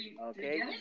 Okay